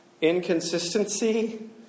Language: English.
inconsistency